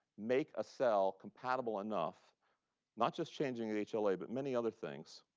make a cell compatible enough not just changing the hla, but many other things.